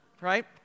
right